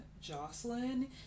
Jocelyn